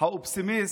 "האופסימיסט".